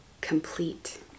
complete